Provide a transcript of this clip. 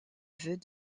vœux